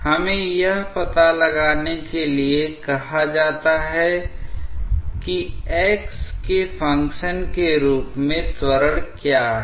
हमें यह पता लगाने के लिए कहा जाता है कि x के फंक्शनके रूप में त्वरण क्या है